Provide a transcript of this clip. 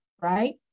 right